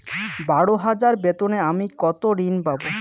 বারো হাজার বেতনে আমি কত ঋন পাব?